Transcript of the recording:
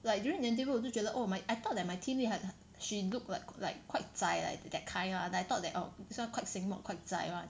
like during the 我就觉得 oh my I thought that my team lead had she look like like quite zai like that kind lah then I thought that oh this one quite 醒目 quite zai [one]